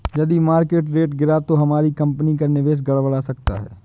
यदि market rate गिरा तो हमारी कंपनी का निवेश गड़बड़ा सकता है